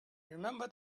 remember